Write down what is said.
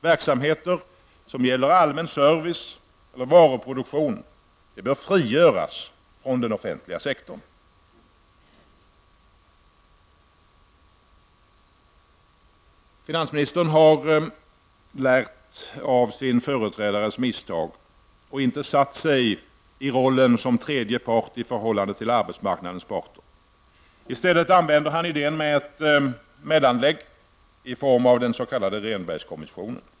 Verksamheter som gäller allmän service eller varuproduktion bör frigöras från den offentliga sektorn. Finansministern har lärt av sin företrädares misstag och inte satt sig i rollen som tredje part i förhållande till arbetsmarknadens parter. I stället använder han idén med ett ''mellanlägg'' i form av den s.k.